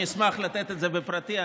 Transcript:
אני אשמח לתת את זה בפרטי.